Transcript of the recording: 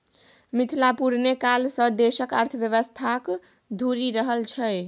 मिथिला पुरने काल सँ देशक अर्थव्यवस्थाक धूरी रहल छै